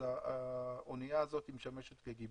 אז האנייה הזאת משמשת כגיבוי,